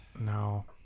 No